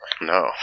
no